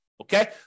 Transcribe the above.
okay